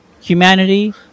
humanity